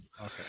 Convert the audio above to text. Okay